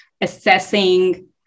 assessing